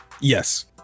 yes